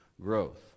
growth